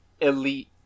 elite